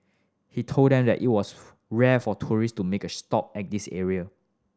he told that them it was rare for tourist to make a stop at this area